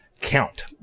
count